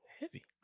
heavy